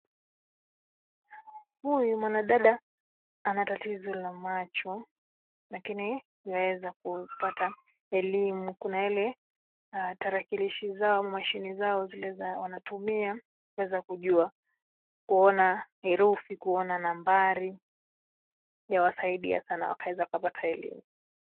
Huyu mwanadada, ana tatizo la macho, lakini, yuaeza kupata, elimu kuna yale, tarakilishi zao au mashine zao zile za wanatumia, kuweza kujua, kuona herufi, kuona nambari, yawasaidia sana wakaweza kupata elimu.